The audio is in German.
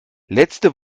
letzte